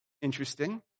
Interesting